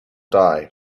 die